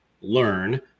learn